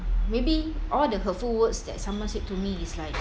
maybe all the hurtful words that someone said to me is like